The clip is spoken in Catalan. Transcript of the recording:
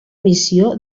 missió